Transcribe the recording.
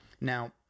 Now